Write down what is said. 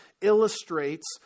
illustrates